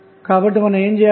కాబట్టి మనం ఏమి చేయాలి